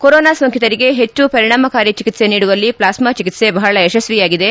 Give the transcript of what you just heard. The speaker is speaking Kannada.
ಕೊರೊನಾ ಸೋಂಕಿತರಿಗೆ ಹೆಚ್ಚು ಪರಿಣಾಮಕಾರಿ ಚಿಕಿತ್ಸೆ ನೀಡುವಲ್ಲಿ ಪ್ಲಾಸ್ನಾ ಚಿಕಿತ್ಸೆ ಬಹಳ ಯಶಸ್ವಿಯಾಗಿದೆ